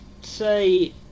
say